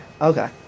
Okay